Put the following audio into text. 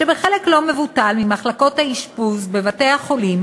שבחלק לא מבוטל ממחלקות האשפוז בבתי-החולים